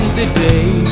today